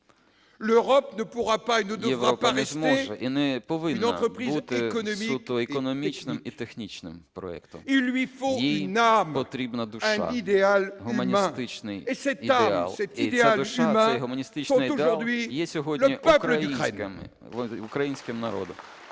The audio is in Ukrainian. "Європа не зможе і не повинна бути суто економічним і технічним проектом. Їй потрібна душа – гуманістичний ідеал". І ця душа, цей гуманістичний ідеал є сьогодні втілений українським народом.